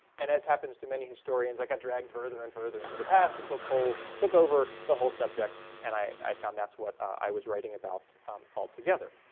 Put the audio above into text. and as happens to many historians, i got dragged further and further into the past until coal took over the whole subject and i found that's what i was writing about altogether.